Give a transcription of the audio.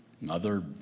mother